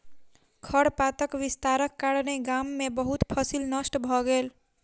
खरपातक विस्तारक कारणेँ गाम में बहुत फसील नष्ट भ गेल